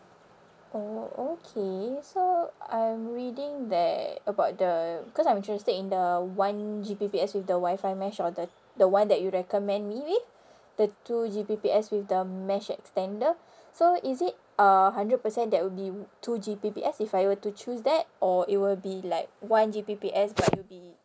oh okay so I'm reading there about the because I'm interested in the one G_B_P_S with the wi-fi mesh or the the one that you recommend me with the two G_B_P_S with the mesh extender so is it uh hundred percent that would be two G_B_P_S if I were to choose that or it will be like one G_B_P_S but it'll be